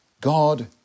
God